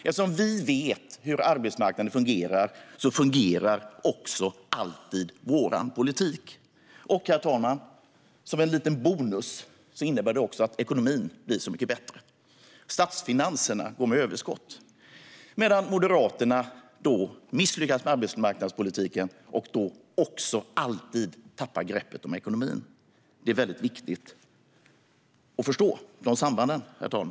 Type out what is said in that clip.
Eftersom vi vet hur arbetsmarknaden fungerar så fungerar alltid vår politik. Herr talman! Som en liten bonus innebär det också att ekonomin blir så mycket bättre och statsfinanserna går med överskott, medan Moderaterna misslyckas med arbetsmarknadspolitiken och då alltid tappar greppet om ekonomin. Det är väldigt viktigt att förstå de sambanden, herr talman.